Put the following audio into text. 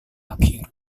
akhir